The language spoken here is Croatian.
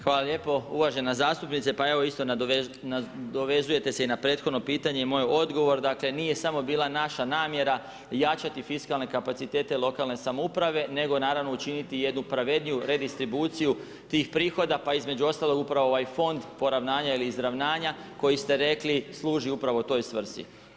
Hvala lijepo, uvažena zastupnice pa evo isto nadovezujete se i na prethodno pitanje i moj odgovor, dakle nije bila smo naša namjera jačati fiskalne kapacitete lokalne samouprave nego naravno učiniti jednu pravedniju redistribuciju tih prihoda, pa između ostalog upravo ovaj fond poravnanja ili izravnanja koji ste rekli služi upravo toj svrsi.